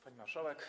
Pani Marszałek!